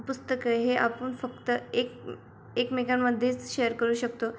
पुस्तकं हे आपण फक्त एक एकमेकांमध्येच शेअर करू शकतो